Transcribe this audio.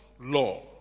law